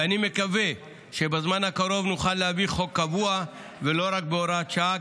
אני מקווה שבזמן הקרוב נוכל להביא חוק קבוע ולא רק בהוראת שעה,